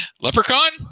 leprechaun